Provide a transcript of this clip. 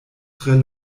tre